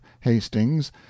hastings